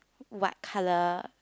what colour